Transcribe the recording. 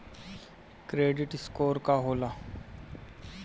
Credit score का होला?